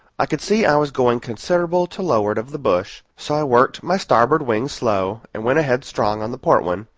i could see i was going considerable to looard of the bush, so i worked my starboard wing slow and went ahead strong on the port one,